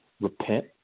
repent